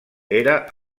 era